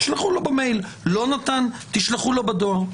תשלחו לו במייל; לא נתן תשלחו לו בדואר.